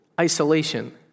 isolation